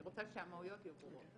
אני רוצה שהמהויות יהיו ברורות.